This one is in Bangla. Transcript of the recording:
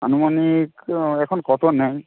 আনুমানিক এখন কত নেয়